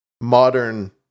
modern